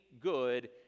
good